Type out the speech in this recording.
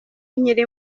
nkiri